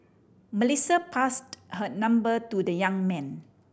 Melissa passed her number to the young man